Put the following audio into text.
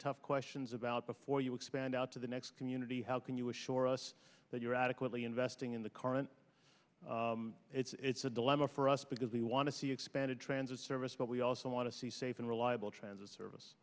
tough questions about before you expand out to the next community how can you assure us that you are adequately investing in the current it's a dilemma for us because we want to see expanded transit service but we also want to see safe and reliable transit service